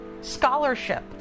scholarship